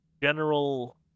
general